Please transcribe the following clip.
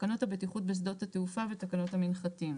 תקנות הבטיחות בשדות התעופה ותקנות המנחתים".